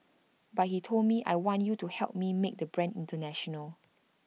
but he told me I want you to help me make the brand International